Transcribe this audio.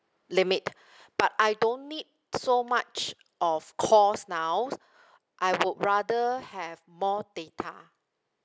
limit but I don't need so much of calls now I would rather have more data